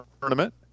tournament